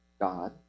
God